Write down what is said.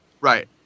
Right